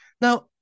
Now